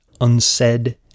unsaid